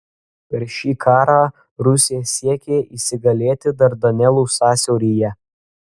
per šį karą rusija siekė įsigalėti dardanelų sąsiauryje